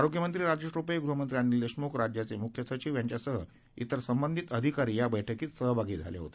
आरोग्यमंत्री राजेश टोपे ग्रहमंत्री अनिल देशमुख राज्याचे मुख्य सचिव यांच्यासह तिर संबंधित अधिकारी या बैठकीत सहभागी झाले होते